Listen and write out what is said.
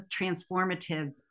transformative